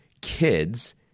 kids